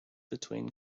between